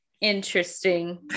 Interesting